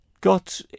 got